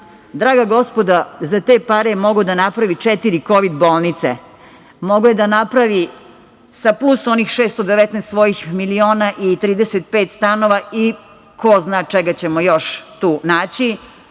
Draga gospodo za te pare je mogao da napravi četiri kovid bolnice, mogao je da napravi, sa plus oni 619 svojih miliona i 35 stanova i ko zna čega ćemo još naći,